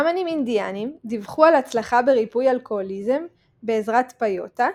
שמאנים אינדיאנים דיווחו על הצלחה בריפוי אלכוהוליזם בעזרת פיוטה,